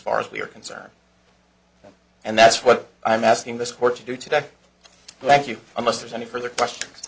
far as we're concerned and that's what i'm asking this court to do today like you unless there's any further question